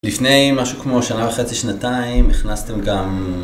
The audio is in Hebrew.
לפני משהו כמו שנה וחצי, שנתיים, הכנסתם גם.